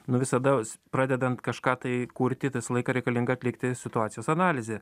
nu visadas pradedant kažką tai kurti tai visą laiką reikalinga atlikti situacijos analizę